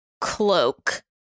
cloak